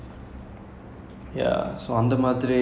mm mm then